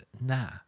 Nah